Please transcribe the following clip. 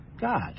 God